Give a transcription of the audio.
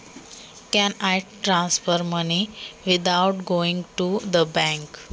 बँकेमध्ये न जाता मी पैसे हस्तांतरित करू शकतो का?